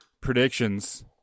predictions